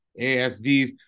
ASVs